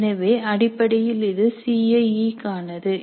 எனவே அடிப்படையில் இது சி ஐஈ க்கானது